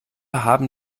haben